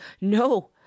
No